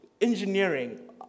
engineering